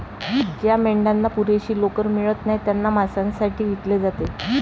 ज्या मेंढ्यांना पुरेशी लोकर मिळत नाही त्यांना मांसासाठी विकले जाते